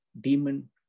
demon